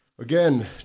Again